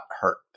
hurt